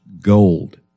gold